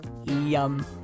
Yum